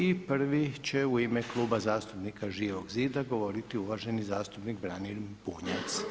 I prvi će u ime Kluba zastupnika Živog zida govoriti uvaženi zastupnik Branimir Bunjac.